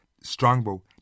Strongbow